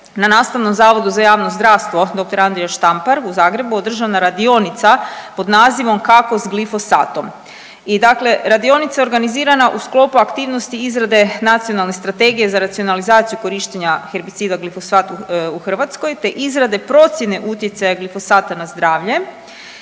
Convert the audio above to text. na Nastavnom zavodu za javno zdravstvo dr. Andrija Štampar održana radionica pod nazivom Kako s glifosatom?, i dakle, radionica je organizirana u sklopu aktivnosti izrade nacionalne strategije za racionalizaciju korištenja herbicida glifosata u Hrvatskoj te izrade procjene utjecaja glifosata na zdravlje,